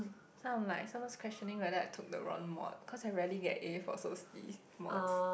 so I'm like sometimes questioning whether I took the wrong mod cause I rarely get A for soci mods